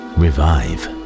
revive